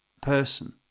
person